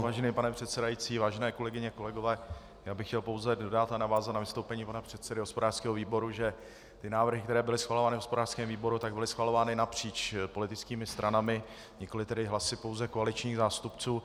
Vážený pane předsedající, vážené kolegyně, kolegové, já bych chtěl pouze dodat a navázat na vystoupení pana předsedy hospodářského výboru, že ty návrhy, které byly schvalované v hospodářském výboru, byly schvalované napříč politickými stranami, nikoliv tedy hlasy pouze koaličních zástupců.